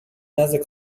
نزد